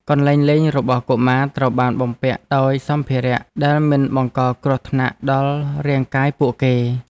កន្លែងលេងរបស់កុមារត្រូវបានបំពាក់ដោយសម្ភារៈដែលមិនបង្កគ្រោះថ្នាក់ដល់រាងកាយពួកគេ។